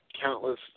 Countless